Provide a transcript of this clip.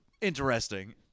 interesting